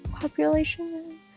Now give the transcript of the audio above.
population